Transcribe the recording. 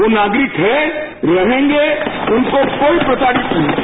वो नागरिक है रहेंगे उनको कोई प्रताड़ित नहीं करेगा